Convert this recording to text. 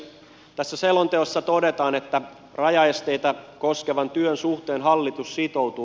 tässä selonteossa todetaan että rajaesteitä koskevan työn suhteen hallitus sitoutuu